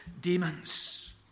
demons